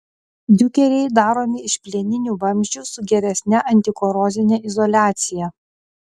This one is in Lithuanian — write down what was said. diukeriai daromi iš plieninių vamzdžių su geresne antikorozine izoliacija